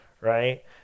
right